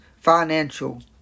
financial